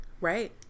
Right